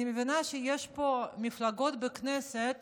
אני מבינה שיש פה מפלגות בכנסת